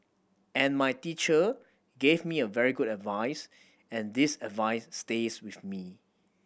and my teacher gave me a very good advice and this advice stays with me